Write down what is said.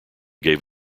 gave